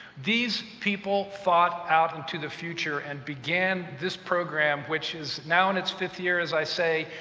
these people thought out into the future and began this program, which is now in its fifth year, as i say,